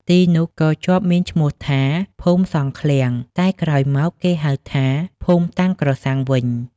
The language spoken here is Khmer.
ទីនោះក៏ជាប់មានឈ្មោះថា ភូមិសង់ឃ្លាំង តែក្រោយមកគេហៅថា ភូមិតាំងក្រសាំងវិញ។